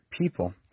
people